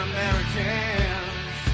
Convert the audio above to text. Americans